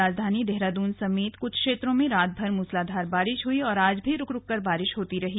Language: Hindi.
राजधानी देहरादून समेत कुछ क्षेत्रों में रातभर मूसलाधार बारिश हुई और आज भी रुक रुक कर बारिश होती रही